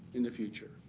in the future.